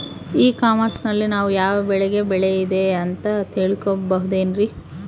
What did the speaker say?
E commerce ನಲ್ಲಿ ನಾವು ಯಾವ ಬೆಳೆಗೆ ಬೆಲೆ ಇದೆ ಅಂತ ತಿಳ್ಕೋ ಬಹುದೇನ್ರಿ?